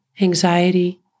anxiety